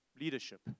leadership